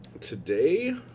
Today